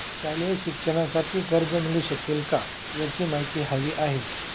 शालेय शिक्षणासाठी कर्ज मिळू शकेल काय? याची माहिती हवी आहे